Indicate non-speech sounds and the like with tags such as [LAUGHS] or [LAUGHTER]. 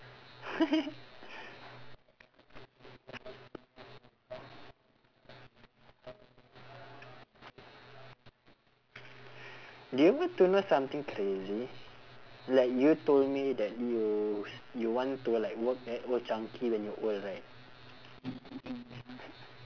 [LAUGHS] do you want to know something crazy like you told me that you [NOISE] you want to like work at old chang kee when you're old right